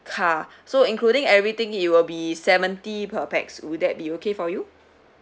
car so including everything it will be seventy per pax will that be okay for you